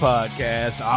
Podcast